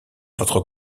votre